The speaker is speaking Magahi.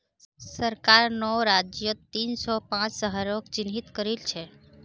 सरकार नौ राज्यत तीन सौ पांच शहरक चिह्नित करिल छे